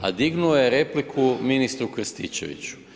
a dignuo je repliku ministru Krstičeviću.